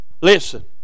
Listen